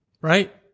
Right